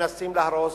משנת 2005 מנסים להרוס.